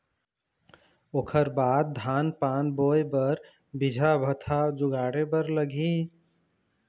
ओखर बाद धान पान बोंय बर बीजहा भतहा जुगाड़े बर लगही